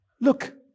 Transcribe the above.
look